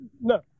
No